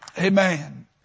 Amen